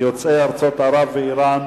יוצאי ארצות ערב ואירן,